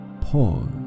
pause